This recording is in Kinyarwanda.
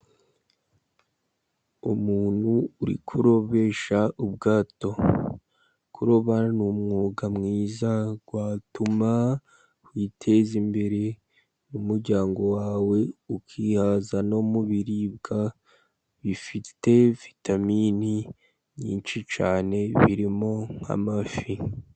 Umuntu uri kurobesha ubwato, kuroba n'umwuga mwiza watuma uteza imbere, umuryango wawe ukihaza no mu biribwa bifite vitamini nyinshi cyane, birimo nk'amafi.